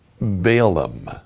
Balaam